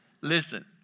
Listen